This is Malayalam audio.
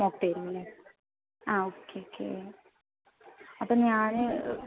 മോക്ക്ടെയിൽ അല്ലേ ആ ഓക്കെ ഓക്കെ അപ്പോൾ ഞാൻ